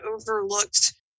overlooked